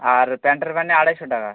আর প্যান্টের বানি আড়াইশো টাকা